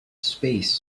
space